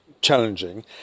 challenging